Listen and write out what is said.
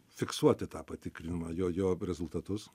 fiksuoti tą patikrinimą jo jo rezultatus